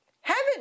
heaven